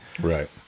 Right